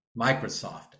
Microsoft